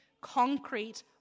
concrete